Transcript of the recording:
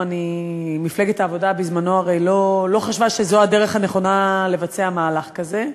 מפלגת העבודה בזמנו הרי לא חשבה שזו הדרך הנכונה לבצע מהלך כזה,